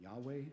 Yahweh